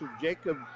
Jacob